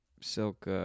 silk